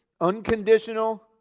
Unconditional